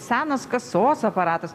senas kasos aparatas